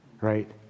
right